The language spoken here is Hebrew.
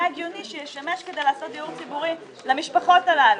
הגיוני שישמש כי לעשות דיור ציבורי למשפחות הללו.